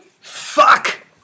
Fuck